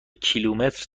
کیلومتر